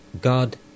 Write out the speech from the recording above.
God